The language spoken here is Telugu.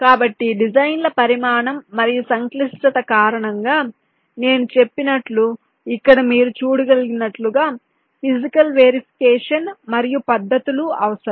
కాబట్టి డిజైన్ల పరిమాణం మరియు సంక్లిష్టత కారణంగా నేను చెప్పినట్లు ఇక్కడ మీరు చూడగలిగినట్లుగా ఫీజికల్ వెరిఫికేషన్ మరియు పద్దతులు అవసరం